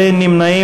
העבודה,